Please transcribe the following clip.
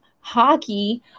Hockey